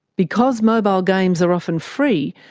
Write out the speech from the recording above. because mobile games are often free,